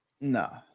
No